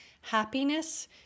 Happiness